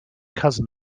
cousin